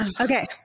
Okay